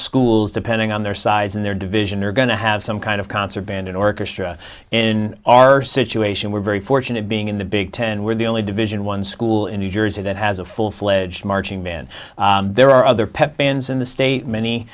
schools depending on their size in their division are going to have some kind of concert band and orchestra in our situation we're very fortunate being in the big ten where the only division one school in new jersey that has a full fledged marching band there are other pep bands in the state many